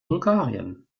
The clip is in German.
bulgarien